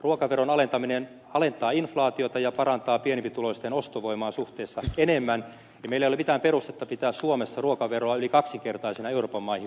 ruokaveron alentaminen alentaa inflaatiota ja parantaa pienempituloisten ostovoimaa suhteessa enemmän ja meillä ei ole mitään perustetta pitää suomessa ruokaveroa yli kaksinkertaisena euroopan maihin verrattuna